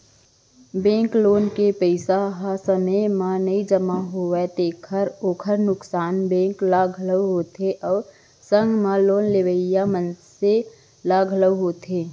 bank loan के पइसा ह समे म नइ जमा होवय तेखर ओखर नुकसान बेंक ल घलोक होथे अउ संग म लोन लेवइया मनसे ल घलोक होथे